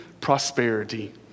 prosperity